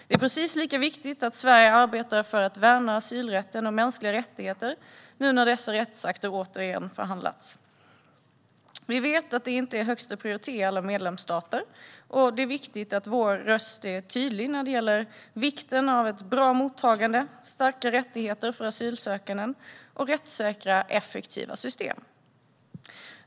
Det är precis lika viktigt att Sverige arbetar för att värna asylrätten och mänskliga rättigheter nu när dessa rättsakter återigen förhandlas. Vi vet att det inte är högsta prioritet i alla medlemsstater, och det är viktigt att vår röst är tydlig när det gäller vikten av ett bra mottagande, starka rättigheter för asylsökande och rättssäkra och effektiva system.